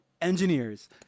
engineers